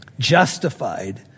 justified